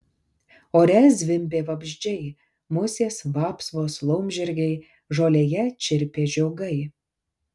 ore zvimbė vabzdžiai musės vapsvos laumžirgiai žolėje čirpė žiogai